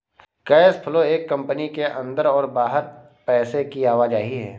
cash flow एक company के अंदर और बाहर पैसे की आवाजाही है